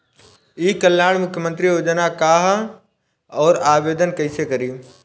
ई कल्याण मुख्यमंत्री योजना का है और आवेदन कईसे करी?